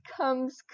comes